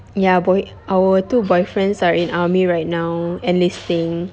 ya both our two boyfriends are in army right now enlisting